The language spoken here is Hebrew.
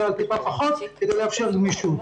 אלא על קצת פחות כדי לאפשר גמישות.